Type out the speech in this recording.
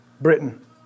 Britain